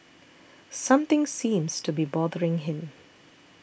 something seems to be bothering him